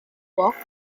walked